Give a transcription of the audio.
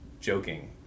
joking